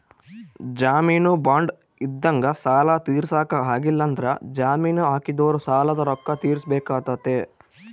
ಜಾಮೀನು ಬಾಂಡ್ ಇದ್ದಂಗ ಸಾಲ ತೀರ್ಸಕ ಆಗ್ಲಿಲ್ಲಂದ್ರ ಜಾಮೀನು ಹಾಕಿದೊರು ಸಾಲದ ರೊಕ್ಕ ತೀರ್ಸಬೆಕಾತತೆ